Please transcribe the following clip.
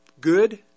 Good